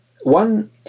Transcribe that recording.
one